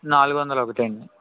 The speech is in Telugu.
నాలుగు వందల ఒకటి అండి